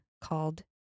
called